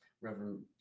Reverend